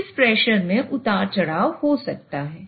तो इस प्रेशर में उतार चढ़ाव हो सकता है